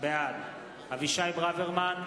בעד אבישי ברוורמן,